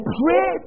pray